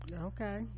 Okay